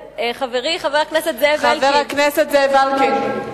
חברי חבר הכנסת זאב אלקין, חבר הכנסת זאב אלקין.